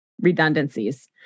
redundancies